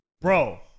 Bro